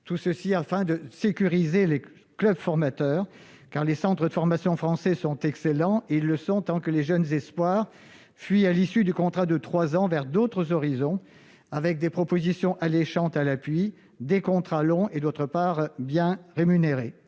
cinq ans afin de sécuriser les clubs formateurs, car les centres de formation français sont excellents. Ils le sont tant que les jeunes espoirs fuient à l'issue du contrat de trois ans vers d'autres horizons, attirés par des propositions alléchantes, des contrats longs et d'excellentes rémunérations